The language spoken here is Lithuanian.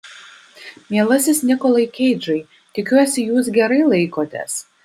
mielasis nikolai keidžai tikiuosi jūs gerai laikotės